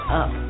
up